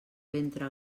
ventre